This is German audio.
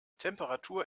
temperatur